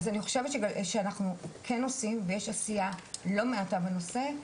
אז אני חושבת שאנחנו כן עושים ויש עשייה לא מעטה בנושא,